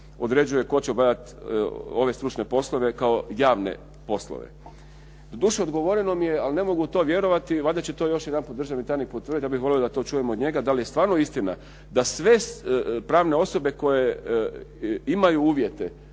određuje tko će obavljati ove stručne poslove kao javne poslove. Doduše odgovoreno mi je, ali ne mogu to vjerovati, valjda će to još jedanput državni tajnik potvrditi, ja bih volio da to čujem od njega da li je stvarno istina da sve pravne osobe koje imaju uvjete,